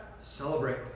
Celebrate